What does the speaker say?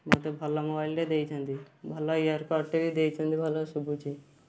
ମତେ ଭଲ ମୋବାଇଲଟେ ଦେଇଛନ୍ତି ଭଲ ଇୟରକଡ଼ଟେ ବି ଦେଇଛନ୍ତି ଭଲ ଶୁଭୁଛି